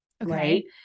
right